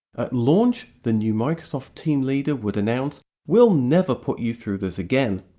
at launch the new microsoft team leader would announce we'll never put you through this again.